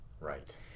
Right